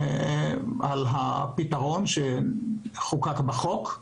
על הפתרון שחוקק בחוק.